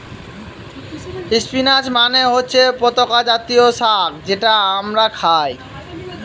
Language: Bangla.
স্পিনাচ মানে হচ্ছে পাতা জাতীয় শাক যেটা আমরা খায়